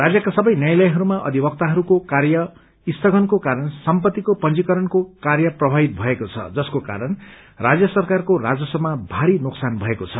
राज्यका सबै न्यायालयहरूमा अधिवक्ताहरूको कार्य स्थगनको कारण सम्पत्तिको पंजीकरणको कार्य प्रभावित भएको छ जसको कारण राज्य सरकारको राजस्वमा भारी नोकसान भएको छ